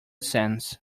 sense